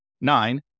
Nine